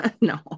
No